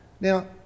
Now